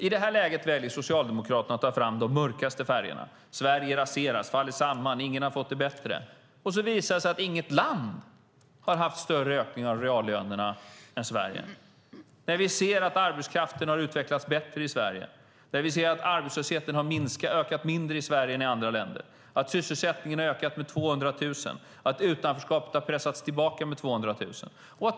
I det här läget väljer Socialdemokraterna att ta fram de mörkaste färgerna: Sverige raseras, faller samman och ingen har fått det bättre. Ändå visar det sig att inget land har haft större ökningar av reallönerna än Sverige. Vi ser att arbetskraften har utvecklats bättre i Sverige. Vi ser att arbetslösheten har ökat mindre i Sverige än i andra länder, att sysselsättningen har ökat med 200 000 personer och att utanförskapet har pressats tillbaka med 200 000 människor.